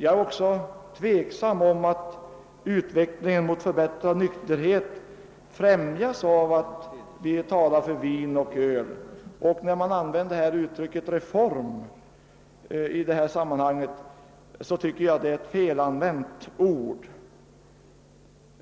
Jag är också tveksam huruvida utvecklingen mot förbättrad nykterhet främjas av att man talar för vin och öl. Och när man i detta sammanhang använder ordet reform, så tycker jag att det är fel.